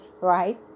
right